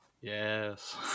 yes